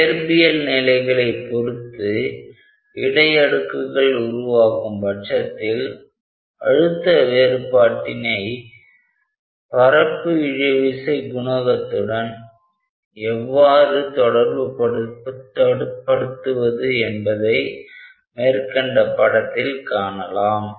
இயற்பியல் நிலைகளைப் பொருத்து இடை அடுக்குகள் உருவாகும் பட்சத்தில் அழுத்த வேறுபாட்டினை பரப்பு இழுவிசை குணகத்துடன் எவ்வாறு தொடர்பு படுத்துவது என்பதை மேற்கண்ட படத்தில் பார்க்கலாம்